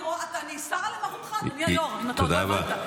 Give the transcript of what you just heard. אני סרה למרותך, אדוני היו"ר, אם עוד לא הבנת.